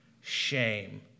shame